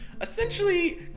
essentially